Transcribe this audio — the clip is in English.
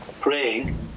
praying